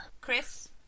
Chris